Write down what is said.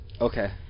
Okay